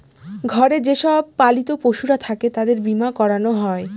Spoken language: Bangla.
ঘরে যে সব পালিত পশুরা থাকে তাদের বীমা করানো হয়